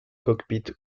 cockpit